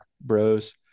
bros